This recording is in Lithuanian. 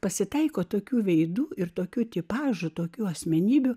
pasitaiko tokių veidų ir tokių tipažų tokių asmenybių